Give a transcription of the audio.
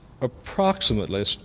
approximately